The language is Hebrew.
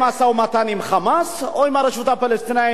משא-ומתן עם "חמאס" או עם הרשות הפלסטינית,